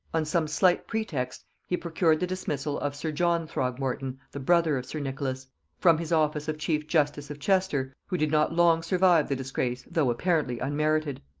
on some slight pretext he procured the dismissal of sir john throgmorton, the brother of sir nicholas from his office of chief justice of chester, who did not long survive the disgrace though apparently unmerited.